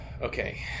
Okay